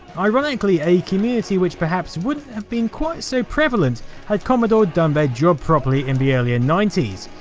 ironically, a community which perhaps wouldn't have been quite so prevalent had commodore done their job properly in the earlier ninety s,